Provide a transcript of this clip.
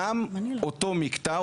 גם אותו מקטע,